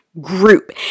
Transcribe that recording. group